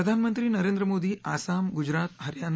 Pradhan Mantri Narendra Modi Assam Gujarat Haryana